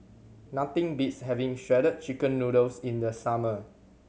nothing beats having Shredded Chicken Noodles in the summer